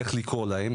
איך לקרוא להם,